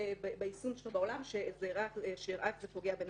ביישום שלו בעולם שהראה איך זה פוגע בנשים.